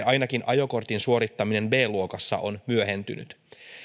ainakin ajokortin suorittaminen b luokassa on myöhentynyt